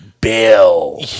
Bill